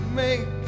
make